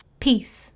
Peace